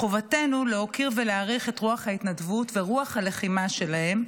מחובתנו להוקיר ולהעריך את רוח ההתנדבות ורוח הלחימה שלהם.